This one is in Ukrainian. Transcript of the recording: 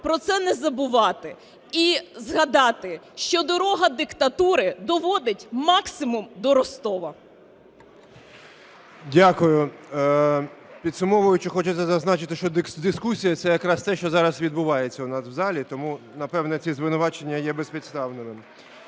про це не забувати. І згадати, що дорога диктатури доводить максимум до Ростова. ГОЛОВУЮЧИЙ. Дякую. Підсумовуючи, хочеться зазначити, що дискусія – це якраз те, що зараз відбувається у нас в залі. Тому, напевно, ці звинувачення є безпідставними.